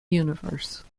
universe